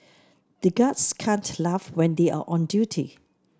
the guards can't laugh when they are on duty